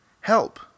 Help